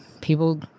people